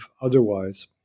otherwise